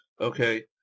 Okay